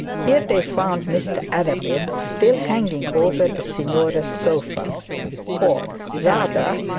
here they found mr arabin, still hanging over the signora's sofa or, rather,